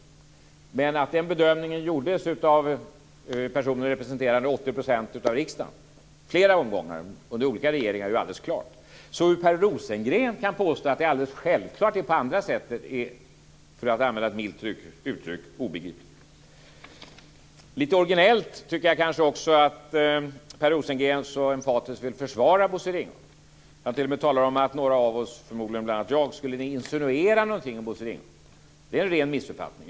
Men att den bedömningen gjordes av personer representerande 80 % av riksdagen i flera omgångar under olika regeringar är alldeles klart. Det är, för att använda ett milt uttryck, obegripligt att Per Rosengren kan påstå att det alldeles självklart är på det andra sättet Jag tycker också att det kanske är lite originellt att Per Rosengren så emfatiskt vill försvara Bosse Ringholm. Han talar t.o.m. om att några av oss, förmodligen bl.a. jag, skulle insinuera någonting om Bosse Ringholm. Det är en ren missuppfattning.